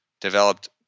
developed